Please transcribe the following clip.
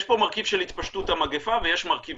יש פה מרכיב של התפשטות המגפה ויש מרכיב